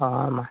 ᱦᱳᱭ ᱢᱟ